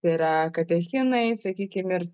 yra katechinai sakykim ir